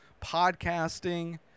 podcasting